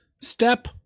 Step